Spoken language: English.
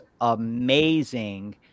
amazing